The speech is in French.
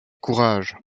courage